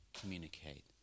communicate